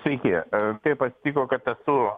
sveiki taip atsitiko kad esu